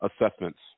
assessments